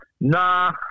Nah